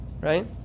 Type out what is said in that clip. right